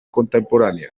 contemporánea